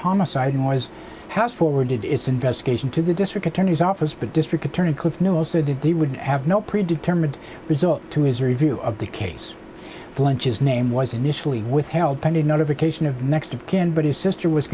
homicide moyes has forwarded its investigation to the district attorney's office but district attorney cliff newell said the deal would have no pre determined result to his review of the case flinches name was initially withheld pending notification of next of kin but his sister was